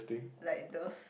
like those